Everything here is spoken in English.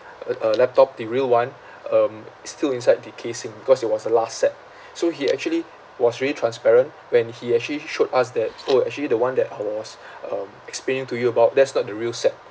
uh uh laptop the real one um it's still inside the casing cause it was the last set so he actually was really transparent when he actually showed us that orh actually the one that I was um explaining to you about that's not the real set